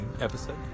Episode